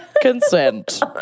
consent